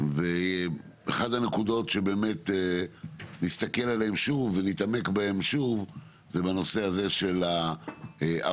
ואחת הנקודות שנסתכל עליהן שוב ונתעמק בהן שוב זה בנושא של עבודות,